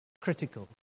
critical